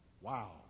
Wow